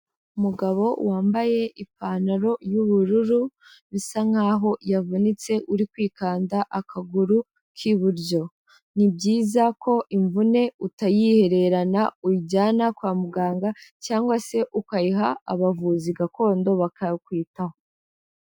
Umugabo wambaye ipantaro y'ubururu, bisa nk'aho yavunitse uri kwikanda akaguru k'iburyo. Ni byiza ko imvune utayihererana uyijyana kwa muganga, cyangwa se ukayiha abavuzi gakondo bakakwitaho.